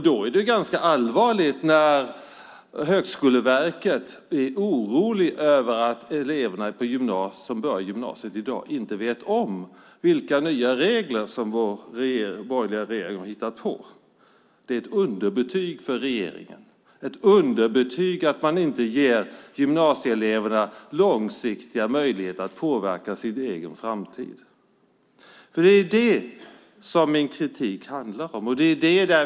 Då är det ganska allvarligt att Högskoleverket är oroligt över att de elever som börjar gymnasiet inte vet om vilka nya regler som den borgerliga regeringen har hittat på. Det är ett underbetyg för regeringen. Man ger inte gymnasieeleverna långsiktiga möjligheter att påverka sin egen framtid. Det är detta min kritik handlar om.